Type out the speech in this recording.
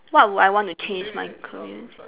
what would I want to change my career